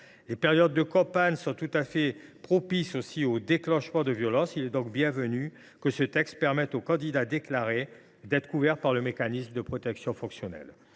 Les périodes de campagne étant propices au déclenchement de violences, il est bienvenu que ce texte permette aux candidats déclarés d’être couverts par le mécanisme de protection fonctionnelle.